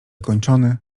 kończony